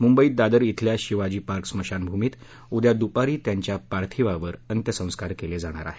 मुंबईत दादर इधल्या शिवाजी पार्क स्मशानभूमीत उद्या दुपारी त्यांच्या पार्थीवावर अंत्यसंस्कार केले जाणार आहेत